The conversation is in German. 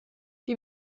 die